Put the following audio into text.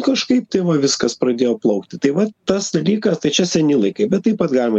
kažkaip tai va viskas pradėjo plaukti tai vat tas dalykas tai čia seni laikai bet taip pat galima